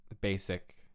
basic